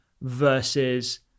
versus